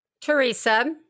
Teresa